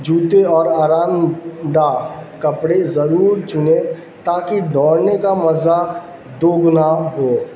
جوتے اور آرام دہ کپڑے ضرور چنیں تاکہ دوڑنے کا مزہ دوگنا ہو